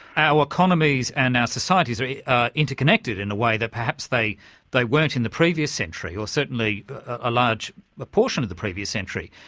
our economies and our societies are interconnected in a way that perhaps they they weren't in the previous century, or certainly a large portion of the previous century.